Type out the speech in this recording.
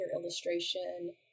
illustration